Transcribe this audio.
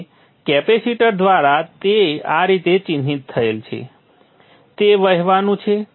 તેથી કેપેસિટર દ્વારા જે આ રીતે ચિહ્નિત થયેલ છે તે વહેવાનું છે